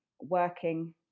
working